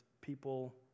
people